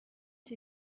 see